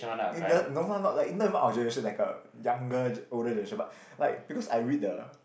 in the no lah not like not even our generation like a younger older generation but like because I read the